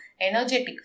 energetic